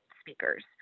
speakers